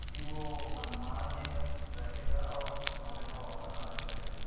جی وہ منماڈ میں رہے گا اور مالیگاؤں واپس آنا چاہے گا